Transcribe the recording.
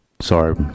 sorry